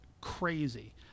Crazy